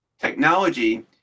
technology